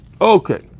Okay